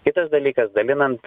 kitas dalykas dalinant